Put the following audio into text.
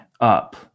up